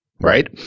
right